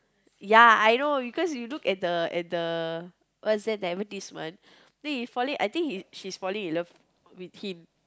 ya I know because you look at the at the what's that the advertisement then fall it I think she's falling in love with him